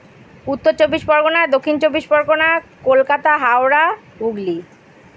উত্তর চব্বিশ পরগনা দক্ষিণ চব্বিশ পরগনা কলকাতা হাওড়া হুগলি